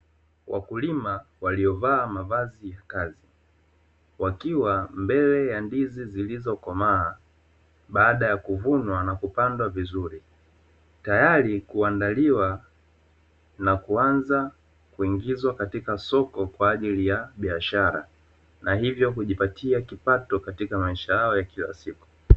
Wakulima waliovaa mavazi ya kazi wakiwa mbele ya ndizi zilizokomaa baada ya kuvunwa na kupandwa vizuri, tayari kuandaliwa na kuanza kuingizwa katika soko kwaajili ya biashara na hivyo kujipatia kipato katika maisha yao ya kila siku.